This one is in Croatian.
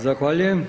Zahvaljujem.